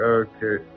okay